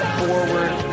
forward